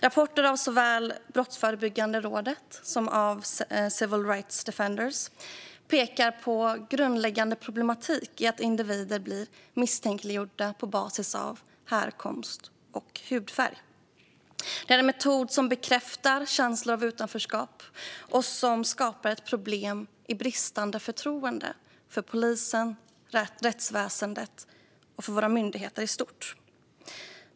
Rapporter från såväl Brottsförebyggande rådet som Civil Rights Defenders pekar på grundläggande problematik med att individer blir misstänkliggjorda på basis av härkomst och hudfärg. Det är en metod som bekräftar känslor av utanförskap och som skapar ett problem med bristande förtroende för polisen och rättsväsendet och för våra myndigheter i stort.